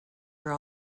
are